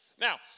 Now